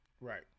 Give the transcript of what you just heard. Right